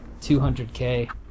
200K